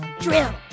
Drill